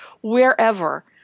wherever